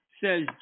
Says